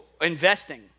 investing